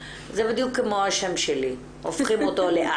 היישום של הפיילוט ואיזה תחנה בוחרים או איזה